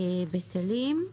בטלים.